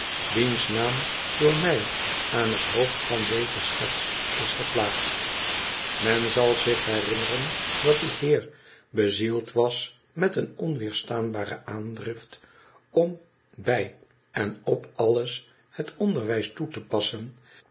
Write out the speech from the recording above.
wiens naam door mij aan het hoofd van deze schets is geplaatst men zal zich herinneren dat die heer bezield was met een onwederstaanbare aandrift om bij en op alles het onderwijs toe te passen